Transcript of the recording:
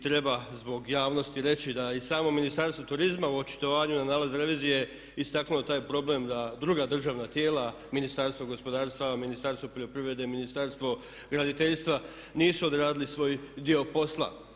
Treba zbog javnosti reći da i samo Ministarstvo turizma u očitovanju na nalaz revizije je istaknulo taj problem da druga državna tijela Ministarstvo gospodarstva, Ministarstvo poljoprivrede, Ministarstvo graditeljstva nisu odradili svoj dio posla.